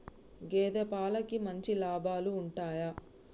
గేదే పాలకి మంచి లాభాలు ఉంటయా?